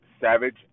Savage